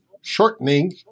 shortening